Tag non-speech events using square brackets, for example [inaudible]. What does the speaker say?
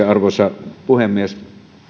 [unintelligible] arvoisa puhemies